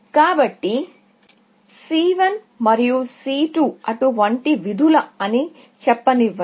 కాబట్టి C1 మరియు C2 అటువంటి విధులు అని చెప్పనివ్వండి